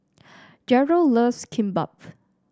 Jeryl loves Kimbap